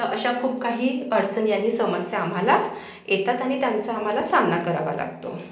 तर अशा खूप काही अडचणी आणि समस्या आम्हाला येतात आणि त्यांचा आम्हाला सामना करावा लागतो